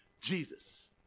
Jesus